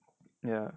ya